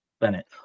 Bennett